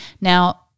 Now